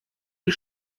die